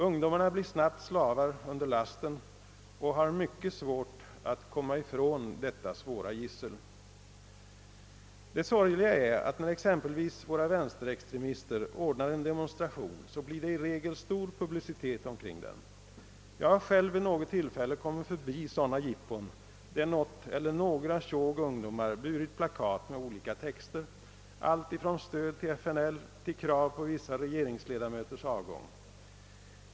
Ungdomarna blir sedan snabbt slavar under lasten och har mycket svårt att komma ifrån detta svåra gissel. Det sorgliga är, att när exempelvis våra vänsterextremister anordnar en demonstration, så blir det i regel stor publicitet omkring den. Jag har själv vid något tillfälle kommit förbi sådana Jippon där något eller några tjog ungdomar burit plakat med olika texter, alltifrån »Stöd till FNL» till krav på vissa regeringsledamöters avgång.